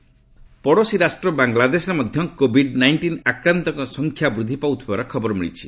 Bangladesh COVID ପଡ଼ୋଶୀ ରାଷ୍ଟ୍ର ବାଙ୍ଗଲାଦେଶରେ ମଧ୍ୟ କୋଭିଡ୍ ନାଇଣ୍ଟିନ୍ ଆକ୍ରାନ୍ତଙ୍କ ସଂଖ୍ୟା ବୃଦ୍ଧି ପାଉଥିବାର ଖବର ମିଳିଛି